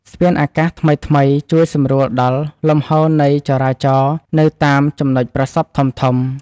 ស្ពានអាកាសថ្មីៗជួយសម្រួលដល់លំហូរនៃចរាចរណ៍នៅតាមចំណុចប្រសព្វធំៗ។